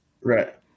Right